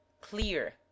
clear